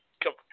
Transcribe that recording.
come